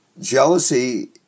Jealousy